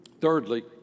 Thirdly